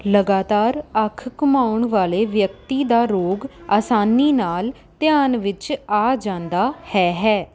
ਲਗਾਤਾਰ ਅੱਖ ਘੁੰਮਾਉਣ ਵਾਲੇ ਵਿਅਕਤੀ ਦਾ ਰੋਗ ਆਸਾਨੀ ਨਾਲ ਧਿਆਨ ਵਿੱਚ ਆ ਜਾਂਦਾ ਹੈ ਹੈ